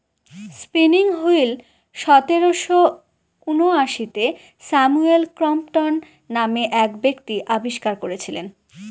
spinning wheel সতেরোশো ঊনআশিতে Samuel Crompton নামে এক ব্যক্তি আবিষ্কার করেছিলেন